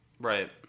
Right